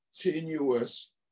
continuous